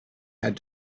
had